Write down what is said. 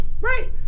Right